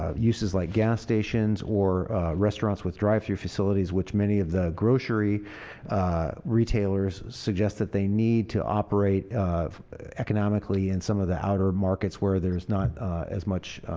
ah uses like gas stations or restaurants with drive-thru facilities which many of the grocery retailers suggest that they need to operate economically in some of the outer markets where there's not as much